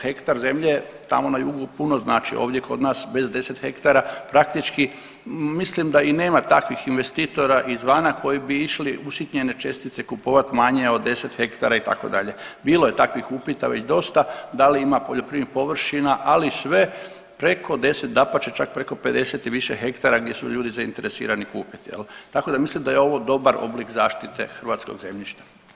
Hektar zemlje tamo na jugu puno znači, ovdje kod nas bez 10 hektara praktički mislim da i nema takvih investitora izvana koji bi išli usitnjene čestice kupovat manje od 10 hektara itd. bilo je takvih upita već dosta da li ima poljoprivrednih površina, ali sve preko 10, dapače čak preko 50 i više hektara gdje su ljudi zainteresirani kupit jel, tako da mislim da je ovo dobar oblik zaštite hrvatskog zemljišta.